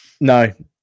no